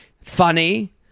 Funny